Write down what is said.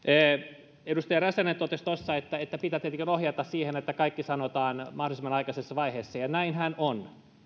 edustaja räsänen totesi että että pitää tietenkin ohjata siihen että kaikki sanotaan mahdollisimman aikaisessa vaiheessa ja näinhän on